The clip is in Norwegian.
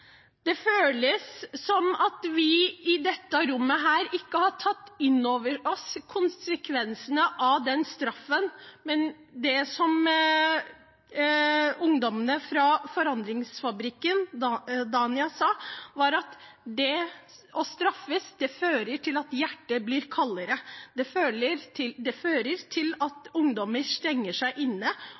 Det føles som at vi i dette rommet ikke har tatt inn over oss konsekvensene av den straffen. Men som Dania, ungdommen fra Forandringsfabrikken, sa i høringen: å straffes fører til at hjertet blir kaldere. Det fører til at ungdommer stenger seg inne